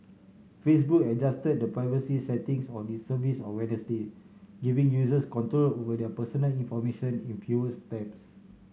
Facebook adjusted the privacy settings on its service on Wednesday giving users control over their personal information in fewer steps